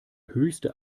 höchste